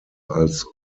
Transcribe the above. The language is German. als